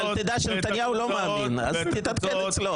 אבל תדע שנתניהו לא מאמין אז תתעדכן אצלו.